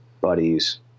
buddies